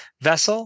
vessel